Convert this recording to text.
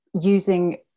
using